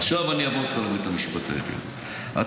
עכשיו אעבור איתך לבית המשפט העליון.